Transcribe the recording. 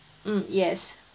mm yes